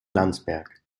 landsberg